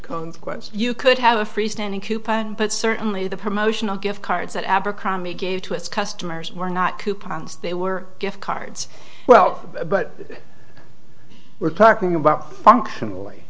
consequence you could have a freestanding kupang but certainly the promotional gift cards that abercrombie gave to its customers were not coupons they were gift cards well but we're talking about functionally